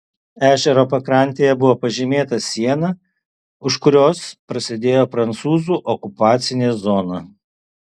ežero pakrantėje buvo pažymėta siena už kurios prasidėjo prancūzų okupacinė zona